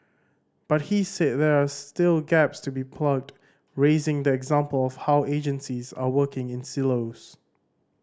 but he said there are still gaps to be plugged raising the example of how agencies are working in silos